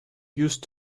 used